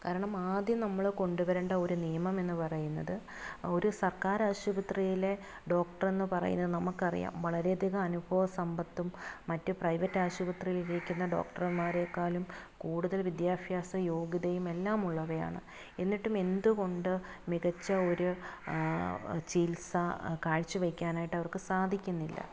കാരണം ആദ്യം നമ്മള് കൊണ്ടുവരേണ്ട ഒരു നിയമമെന്ന് പറയുന്നത് ഒരു സർക്കാർ ആശുപത്രിയിലെ ഡോക്ടറെന്ന് പറയുന്നത് നമുക്കറിയാം വളരെയധികം അനുഭവസമ്പത്തും മറ്റ് പ്രൈവറ്റാശുപത്രിയിലിരിക്കുന്ന ഡോക്ടർമാരേക്കാളിലും കൂടുതൽ വിദ്യാഭ്യാസ യോഗ്യതയുമെല്ലാം ഉള്ളവയാണ് എന്നിട്ടുമെന്തുകൊണ്ട് മികച്ച ഒരു ചികിത്സ കാഴ്ചവെക്കാനായിട്ടവർക്ക് സാധിക്കുന്നില്ല